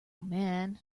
man